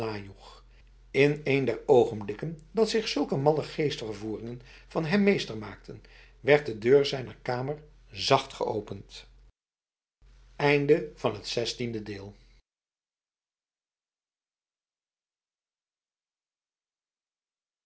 in een der ogenblikken dat zich zulke malle geestvervoeringen van hem meester maakten werd de deur zijner kamer zacht geopend